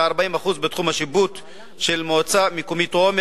כ-40% בתחום השיפוט של המועצה המקומית עומר